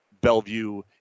Bellevue